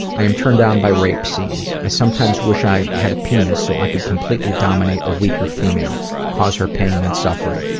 i am turned on by rape scenes. i sometimes wish i had a penis so i could completely dominate a weaker female, cause her pain and suffering,